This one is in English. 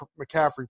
McCaffrey